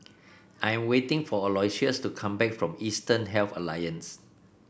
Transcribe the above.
I'm waiting for Aloysius to come back from Eastern Health Alliance